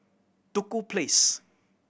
Duku Place